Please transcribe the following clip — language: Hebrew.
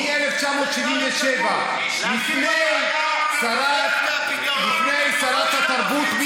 מ-1977, לפניה מי הייתה שרת התרבות?